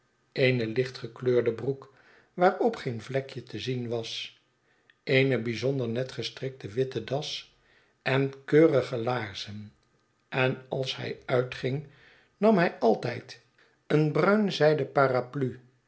eene lichtgekleurde broek waarop geen vlekje te zien was eene bijzonder net gestrikte witte das en keurige laarzen en als hij uitging nam hij altijd eene bruin zij den paraplu